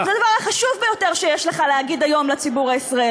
שחור על גבי לבן,